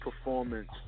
performance